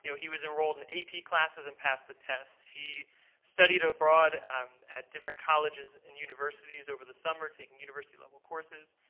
you know he was enrolled in ap classes and passed the test. he studied abroad abroad at different colleges and universities over the summer taking university-level courses.